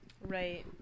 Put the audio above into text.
Right